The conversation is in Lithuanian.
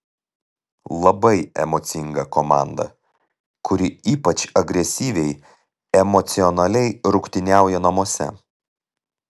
labai emocinga komanda kuri ypač agresyviai emocionaliai rungtyniauja namuose